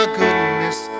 goodness